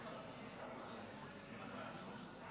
תוצאות ההצבעה: בעד,